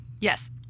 Yes